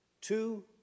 Two